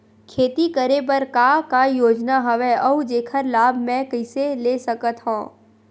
खेती करे बर का का योजना हवय अउ जेखर लाभ मैं कइसे ले सकत हव?